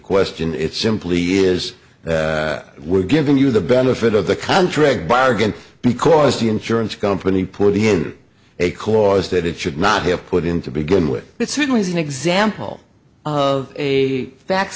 question it's simply is we're giving you the benefit of the contract bargain because the insurance company put in a cause that it should not have put in to begin with but certainly as an example of a fax